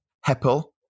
Heppel